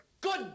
Good